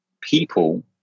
people